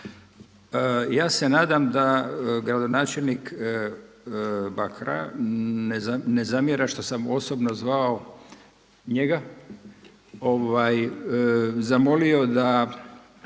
Ja se nadam da gradonačelnik Bakra ne zamjera što sam osobno zvao njega, zamolio da,